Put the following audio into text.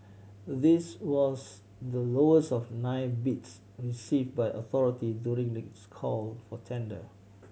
this was the lowest of the nine bids received by authority during its call for tender